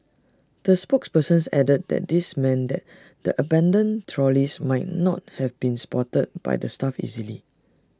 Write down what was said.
the spokesperson added that this meant that the abandoned trolleys might not have been spotted by the staff easily